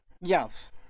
Yes